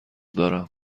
دارم